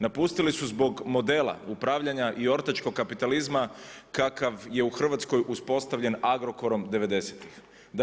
Napustili su zbog modela upravljanja i ortačkog kapitalizma kakav je u Hrvatskoj uspostavljen Agrokorom '90.-tih.